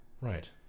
Right